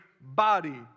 body